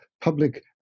public